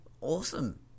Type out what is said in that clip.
Awesome